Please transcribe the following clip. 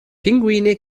pinguine